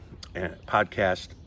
podcast